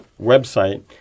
website